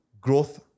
growth